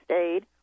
Aid